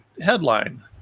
headline